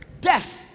Death